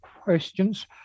questions